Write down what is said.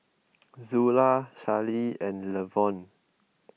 Zula Charley and Levon